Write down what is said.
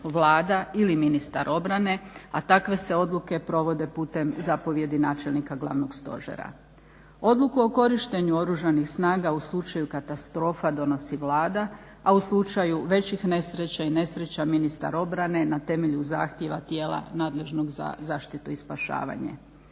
Vlada ili ministar obrane, a takve se odluke provode putem zapovijedi načelnika glavnog stožera. Odluku o korištenju oružanih snaga u slučaju katastrofa donosi Vlada, a u slučaju većih nesreća i nesreća ministar obrane na temelju zahtjeva tijela nadležnog za zaštitu i spašavanje.